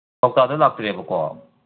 ꯀꯧꯇꯥꯗ ꯂꯥꯛꯄꯤꯅꯦꯕꯀꯣ